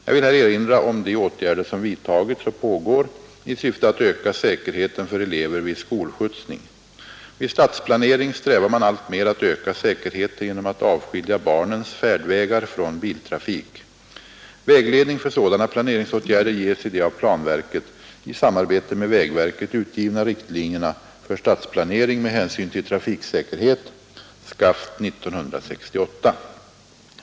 Jag vill här erinra om de åtgärder som vidtagits och pågår i syfte att öka säkerheten för elever vid skolskjutsning. Vid stadsplanering strävar man alltmer att öka säkerheten genom att avskilja barnens färdvägar från biltrafik. Vägledning för sådana planeringsåtgärder ges i de av planverket i samarbete med vägverket utgivna riktlinjerna för stadsplanering med hänsyn till trafiksäkerhet, SCAFT 1968.